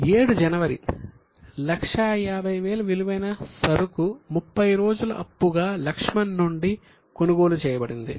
7 జనవరి 150000 విలువైన సరుకు 30 రోజుల అప్పుగా లక్ష్మణ్ నుండి కొనుగోలు చేయబడింది